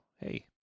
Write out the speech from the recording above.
hey